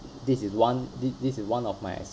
this is one th~ this is one of my